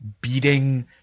beating